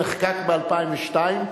נחקק ב-2002,